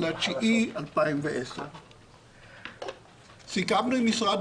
בספטמבר 2010. סיכמנו עם משרד